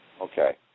Okay